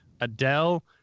Adele